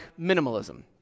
minimalism